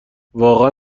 واقعا